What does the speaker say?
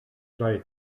vrije